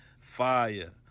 Fire